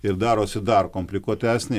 ir darosi dar komplikuotesnė